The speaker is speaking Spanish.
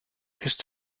esto